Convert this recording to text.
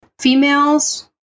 females